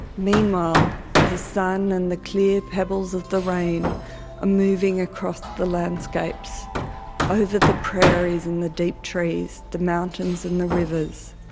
meanwhile the sun and the clear pebbles of the rainare ah moving across the landscapes over the prairies and the deep trees the mountains and the rivers.